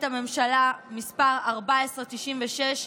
מ/1496,